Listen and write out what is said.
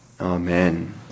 Amen